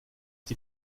die